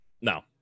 No